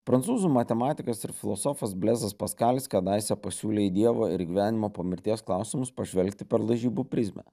prancūzų matematikas ir filosofas blezas paskalis kadaise pasiūlė į dievo ir gyvenimo po mirties klausimus pažvelgti per lažybų prizmę